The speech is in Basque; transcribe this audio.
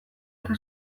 eta